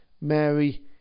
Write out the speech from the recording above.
Mary